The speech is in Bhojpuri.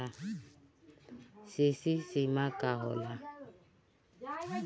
सी.सी सीमा का होला?